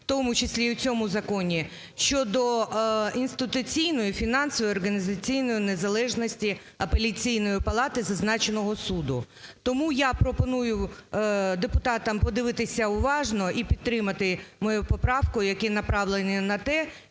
в тому числі і в цьому законі, щодо інституційної, фінансової, організаційної незалежності Апеляційної палати зазначеного суду. Тому я пропоную депутатам подивитися уважно і підтримати мою поправку, яку направлено на те,